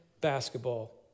basketball